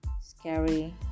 scary